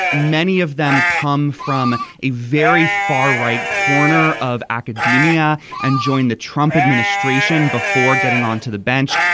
many of them come from a very far right corner of academia and join the trump administration before getting onto the bench.